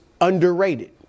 underrated